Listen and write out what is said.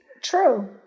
True